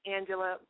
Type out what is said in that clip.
Angela